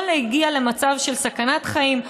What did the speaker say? לא להגיע למצב של סכנת חיים,